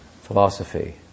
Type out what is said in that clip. philosophy